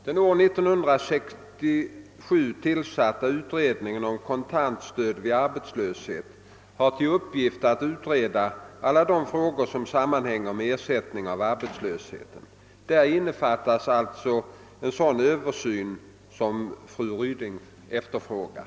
Den år 1967 tillsatta utredningen om kontant stöd vid arbetslöshet har till uppgift att utreda alla de frågor som sammanhänger med ersättning vid arbetslöshet. Däri innefattas alltså en sådan översyn som fru Ryding efterfrågar.